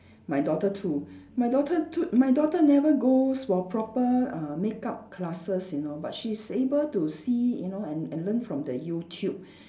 my daughter too my daughter t~ my daughter never go for proper uh makeup classes you know but she's able to see you know and and learn from the YouTube